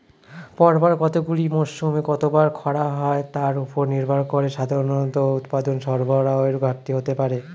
পরপর কতগুলি মরসুমে কতবার খরা হয় তার উপর নির্ভর করে সাধারণত উৎপাদন সরবরাহের ঘাটতি হতে পারে